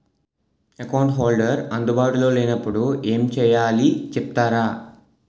Account holder అందు బాటులో లే నప్పుడు ఎం చేయాలి చెప్తారా?